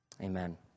Amen